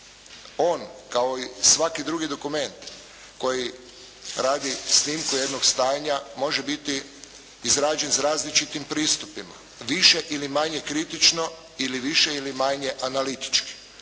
on kao i svaki drugi dokument koji radi snimku jednog stanja može biti izrađen s različitim pristupima, više ili manje kritično, ili više ili manje analitički.